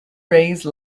raise